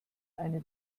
eine